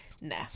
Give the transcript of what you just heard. nah